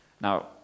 Now